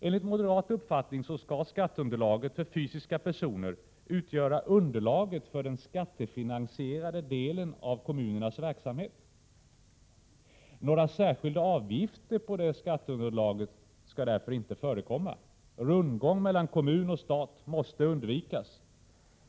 Enligt moderat uppfattning skall skatteunderlaget för fysiska personer utgöra underlaget för den skattefinansierade delen av kommunernas verk 2 samhet. Några särskilda avgifter på skatteunderlaget skall därför inte förekomma. Rundgång mellan kommun och stat måste undvikas.